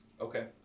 Okay